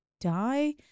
die